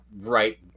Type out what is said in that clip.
right